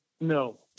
No